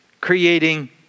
creating